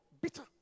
bitter